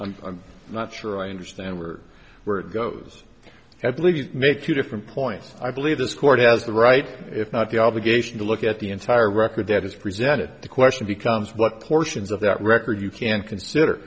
i'm not sure i understand words where it goes i believe you make two different points i believe this court has the right if not the obligation to look at the entire record that is presented the question becomes what portions of that record you can consider